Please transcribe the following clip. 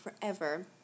forever